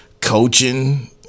coaching